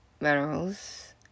minerals